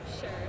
Sure